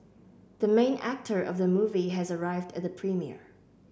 the main actor of the movie has arrived at the premiere